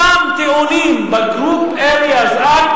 אותם טיעונים היו ב-Group Areas Act